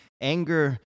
anger